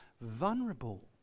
vulnerable